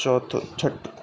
चौथों छठ